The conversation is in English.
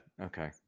Okay